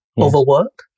overwork